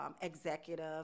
executive